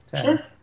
Sure